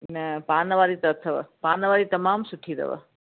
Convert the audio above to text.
न पान वारी त अथव पान वारी तमामु सुठी अथव